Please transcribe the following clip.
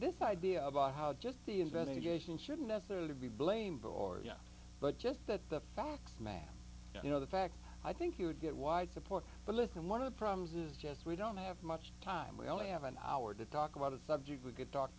this idea about how just the investigation should necessarily be blamed for you know but just that the facts ma'am you know the facts i think you would get wide support but listen one of the problems is just we don't have much time we only have an hour to talk about a subject we could talk